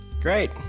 Great